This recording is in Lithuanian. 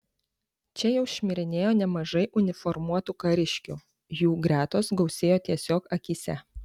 čia jau šmirinėjo nemažai uniformuotų kariškių jų gretos gausėjo tiesiog akyse